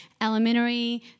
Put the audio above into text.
elementary